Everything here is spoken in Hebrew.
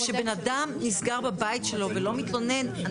כשבן אדם נסגר בבית שלו ולא מתלונן,